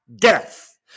Death